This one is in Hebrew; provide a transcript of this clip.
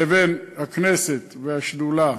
לבין הכנסת והשדולה,